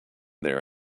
there